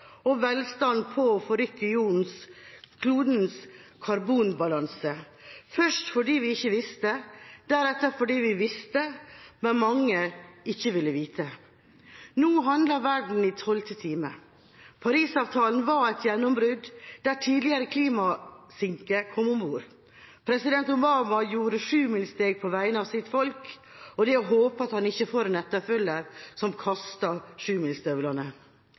velstand på å forrykke klodens karbonbalanse, først fordi vi ikke visste, deretter fordi vi visste, mens mange ikke ville vite det. Nå handler verden i tolvte time. Paris-avtalen var et gjennombrudd, der tidligere klimasinker kom ombord. President Obama tok sjumilssteg på vegne av sitt folk. Det er å håpe at han ikke får en etterfølger som